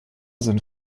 sind